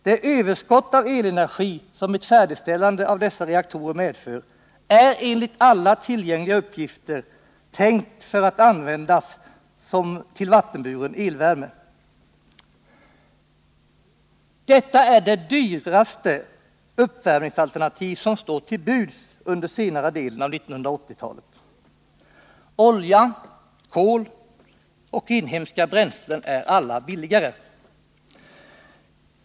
Det överskott av elenergi som ett färdigställande av dessa reaktorer kommer att medföra är enligt alla tillgängliga uppgifter tänkt att användas till vattenburen elvärme. Detta är det dyraste uppvärmningsalternativ som står till buds under senare delen av 1980-talet. Olja, kol och inhemska bränslen är alla billigare.